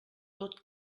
tot